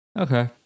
Okay